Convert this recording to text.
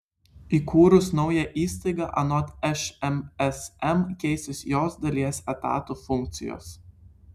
įkūrus naują įstaigą anot šmsm keisis jos dalies etatų funkcijos